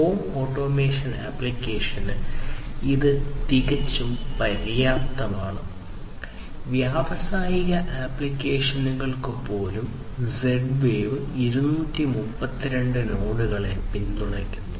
home automation ആപ്ലിക്കേഷന് ഇത് തികച്ചും പര്യാപ്തമാണ് വ്യാവസായിക ആപ്ലിക്കേഷനുകൾക്ക് പോലും Z വേവ് 232 നോഡുകളെ പിന്തുണയ്ക്കുന്നു